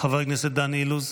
חבר הכנסת דן אילוז,